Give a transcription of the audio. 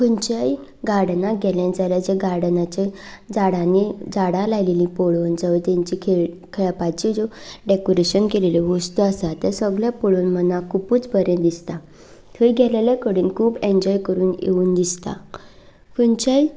खंयच्याय गार्डनांत गेलें जाल्यार जें गार्डनाचें झाडांनी झाडां लायिल्लीं पळोवन जावं तांचें खेळ खेळपाचे जें डेकोरेशन केल्ल्यो वस्तू आसा तें सगळें पळोवन मनाक खूबच बरें दिसता थंय गेल्ल्या कडेन खूब एनजोय करून येवन दिसता खंयच्याय